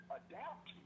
adapt